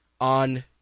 on